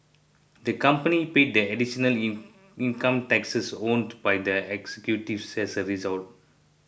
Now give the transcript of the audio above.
the company paid the additional in income taxes owed by the executives as a result